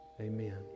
amen